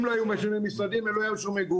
אם לא היו מאשרים להם משרדים הם לא היו מאשרים מגורים,